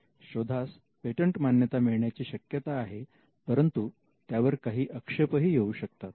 म्हणजे शोधास पेटंट मान्यता मिळण्याची शक्यता आहे परंतु त्यावर काही आक्षेपही येऊ शकतात